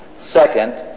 Second